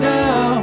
now